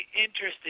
interesting